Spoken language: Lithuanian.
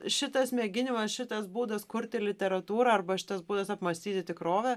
šitas mėginimas šitas būdas kurti literatūrą arba šitas būdas apmąstyti tikrovę